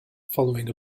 following